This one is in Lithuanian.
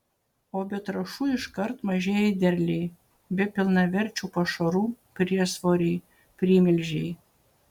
o be trąšų iškart mažėja derliai be pilnaverčių pašarų priesvoriai primilžiai